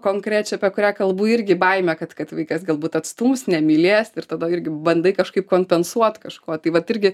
konkrečią apie kurią kalbu irgi baimė kad kad vaikas galbūt atstums nemylės ir tada irgi bandai kažkaip kompensuot kažkuo tai vat irgi